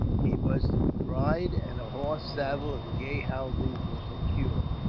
he was to ride, and a horse, saddle, and gay housings were procured.